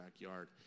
backyard